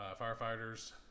firefighters